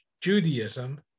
Judaism